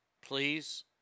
Please